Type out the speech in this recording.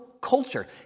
culture